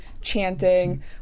chanting